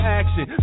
action